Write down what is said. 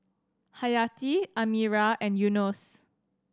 Hayati Amirah and Yunos